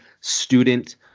student